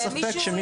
מישהו,